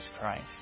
Christ